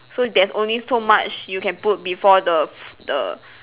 so there's only so much you can put before the f~ the